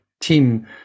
team